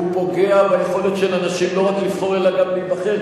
הוא פוגע ביכולת של אנשים לא רק לבחור אלא גם להיבחר,